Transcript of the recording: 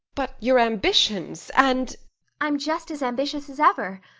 but your ambitions and i'm just as ambitious as ever.